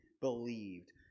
believed